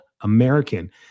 American